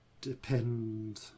depend